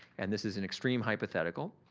and this is an extreme hypothetical,